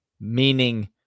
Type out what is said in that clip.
meaning